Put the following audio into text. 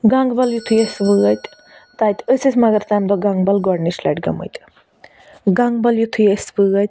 گَنٛگبَل یِتھُے أسۍ وٲتۍ تَتہِ ٲسۍ أسۍ مگر تَمہِ دۄہ گَنٛگبَل گۄڈٕنِچ لَٹہِ گٔمٕتۍ گَنٛگبَل یِتھُے أسۍ وٲتۍ